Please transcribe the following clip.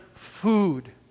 Food